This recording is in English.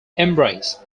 embrace